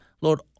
Lord